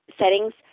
settings